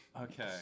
Okay